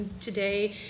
today